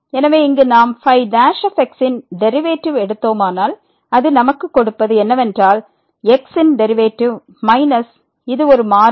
எனவே இங்கு நாம் ϕ ன் டெரிவேட்டிவ் எடுத்தோமானால் அது நமக்கு கொடுப்பது என்னவென்றால் x ன் டெரிவேட்டிவ் மைனஸ் இது ஒரு மாறிலி